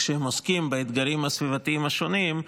כשהם עוסקים באתגרים הסביבתיים השונים,